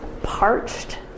Parched